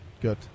Good